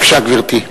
בבקשה, גברתי.